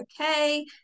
okay